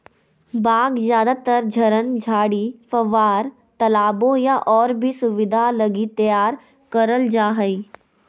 बाग ज्यादातर झरन, झाड़ी, फव्वार, तालाबो या और भी सुविधा लगी तैयार करल जा हइ